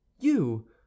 You